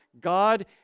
God